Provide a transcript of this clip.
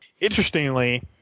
Interestingly